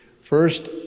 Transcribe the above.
First